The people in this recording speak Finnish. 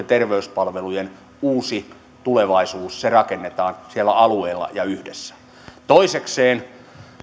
terveyspalvelujen uusi tulevaisuus rakennetaan siellä alueella ja yhdessä toisekseen